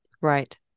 right